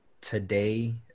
today